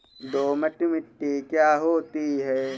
दोमट मिट्टी क्या होती हैं?